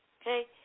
Okay